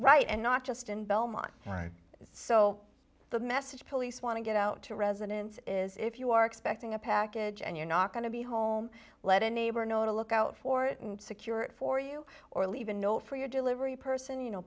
right and not just in belmont right so the message police want to get out to residents is if you are expecting a package and you're not going to be home let a neighbor know to look out for it and secure it for you or leave a note for your delivery person you know